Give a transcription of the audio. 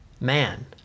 man